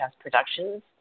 Productions